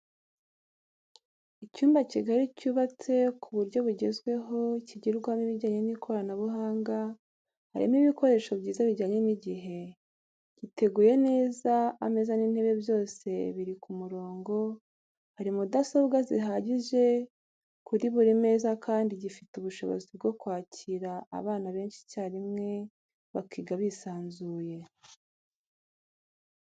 Icyumba kigari cyubatse ku buryo bwugezweho kigirwamo ibijyanye n'ikoranabuhanga harimo ibikoresho byiza bijyanye n'igihe, giteguye neza ameza n'intebe byose biri ku murongo ,hari mudasobwa zihagije kuri buri meza kandi gifite ubushobozi bwo kwakira abana benshi icyarimwe bakiga bisanzuye.